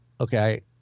okay